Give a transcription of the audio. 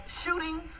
shootings